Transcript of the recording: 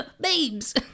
babes